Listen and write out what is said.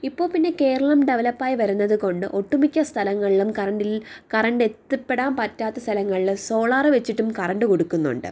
ഇപ്പോൾ പിന്നെ കേരളം ഡെവലപ്പായി വരുന്നത് കൊണ്ട് ഒട്ട് മിക്ക സ്ഥലങ്ങളിലും കറണ്ട് എത്തിപ്പെടാൻ പറ്റാത്ത സ്ഥലങ്ങളിലും സോളാർ വെച്ചിട്ടും കറണ്ട് കൊടുക്കുന്നുണ്ട്